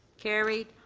carried.